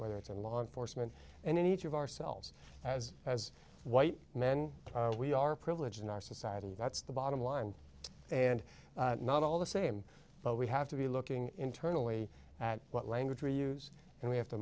whether it's in law enforcement and in each of ourselves as as white men we are privileged in our society that's the bottom line and not all the same but we have to be looking internally at what language we use and we have to